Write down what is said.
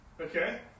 Okay